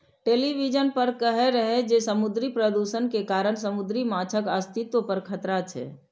television पर कहै रहै जे समुद्री प्रदूषण के कारण समुद्री माछक अस्तित्व पर खतरा छै